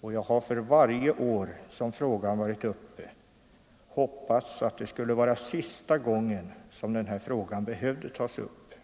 och jag har för varje år som frågan varit uppe hoppats att det skulle vara sista gången som den här frågan behövde tas upp.